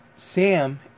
Sam